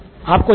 आपको याद है